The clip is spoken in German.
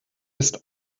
ist